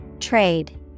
trade